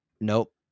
Nope